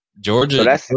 Georgia